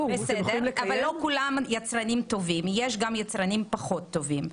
לא כולם יצרנים טובים אלא יש גם יצרנים פחות טובים.